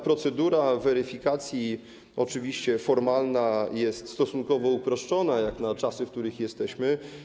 Procedura weryfikacji, oczywiście formalna, jest stosunkowo uproszczona jak na czasy, w których jesteśmy.